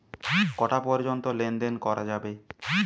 কটা পর্যন্ত লেন দেন করা যাবে?